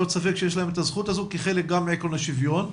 ספק שיש להם את הזכות הזאת כחלק גם מעקרון השוויון.